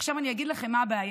אני אגיד לכם מה הבעיה,